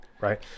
right